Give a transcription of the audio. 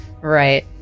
Right